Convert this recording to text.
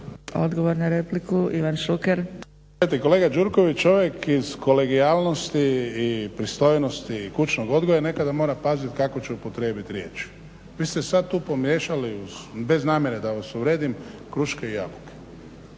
Ivan (HDZ)** Gledajte kolega Gjurković iz kolegijalnosti i pristojnosti i kućnog odgoja nekada moram paziti kako ću upotrijebiti riječi. Vi ste sad tu pomiješali, bez namjere da vas uvrijedim, kruške i jabuke.